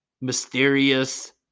mysterious